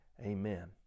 Amen